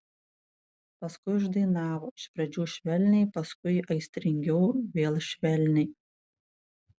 paskui uždainavo iš pradžių švelniai paskui aistringiau vėl švelniai